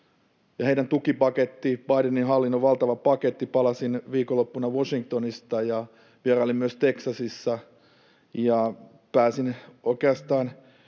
heidän tukipakettinsa, Bidenin hallinnon valtava paketti: Palasin viikonloppuna Washingtonista ja vierailin myös Teksasissa, ja pääsin oikeastaan